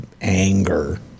anger